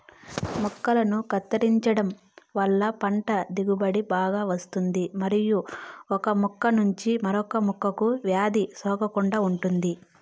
మొక్కలను కత్తిరించడం వలన పంట దిగుబడి బాగా వస్తాది మరియు ఒక మొక్క నుంచి మరొక మొక్కకు వ్యాధి సోకకుండా ఉంటాది